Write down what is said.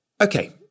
Okay